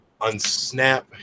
unsnap